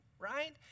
right